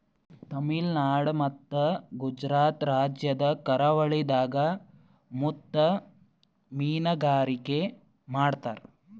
ತಮಿಳುನಾಡ್ ಮತ್ತ್ ಗುಜರಾತ್ ರಾಜ್ಯದ್ ಕರಾವಳಿದಾಗ್ ಮುತ್ತ್ ಮೀನ್ಗಾರಿಕೆ ಮಾಡ್ತರ್